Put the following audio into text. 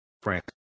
Frank